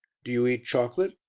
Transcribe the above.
do you eat chocolate?